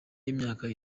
y’imyaka